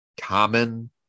common